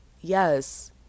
yes